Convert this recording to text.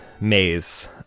maze